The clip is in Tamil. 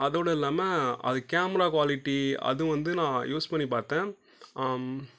அதோடு இல்லாமல் அது கேமரா குவாலிட்டி அதுவும் வந்து நான் யூஸ் பண்ணி பார்த்தேன் ஆம்